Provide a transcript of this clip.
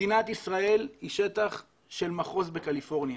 מדינת ישראל היא שטח של מחוז בקליפורניה.